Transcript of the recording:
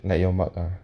like your mug ah